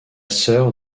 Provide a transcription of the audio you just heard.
sœur